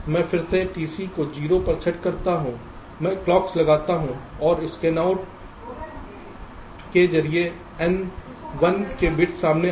मैं फिर से TC को 0 पर सेट करता हूं मैं क्लॉक्स लगाता हूं और स्कैनआउट के जरिए N1 के बिट्स सामने आएंगे